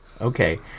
Okay